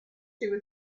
too